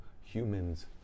humans